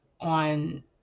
on